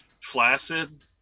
flaccid